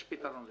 יש פתרון לזה.